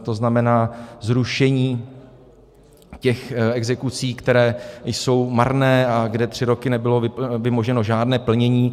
To znamená, zrušení těch exekucí, které jsou marné a kde tři roky nebylo vymoženo žádné plnění.